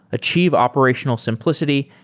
achieve operational simplicity,